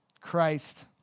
Christ